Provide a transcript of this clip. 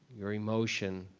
your emotion,